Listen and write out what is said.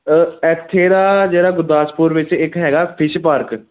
ਇੱਥੇ ਨਾ ਜਿਹੜਾ ਗੁਰਦਾਸਪੁਰ ਵਿੱਚ ਇੱਕ ਹੈਗਾ ਫਿਸ਼ ਪਾਰਕ